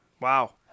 Wow